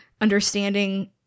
understanding